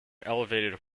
elevated